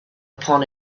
upon